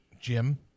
Jim